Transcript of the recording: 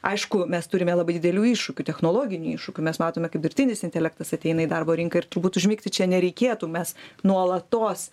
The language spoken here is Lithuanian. aišku mes turime labai didelių iššūkių technologinių iššūkių mes matome kaip dirbtinis intelektas ateina į darbo rinką ir turbūt užmigti čia nereikėtų mes nuolatos